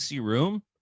room